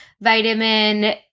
Vitamin